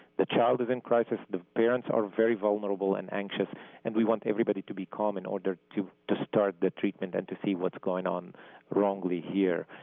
the child is in crisis, the parents are very vulnerable and anxious and we want everybody to be calm in order to to start the treatment and to see what's going on wrongly here.